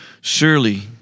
Surely